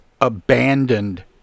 abandoned